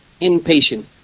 impatient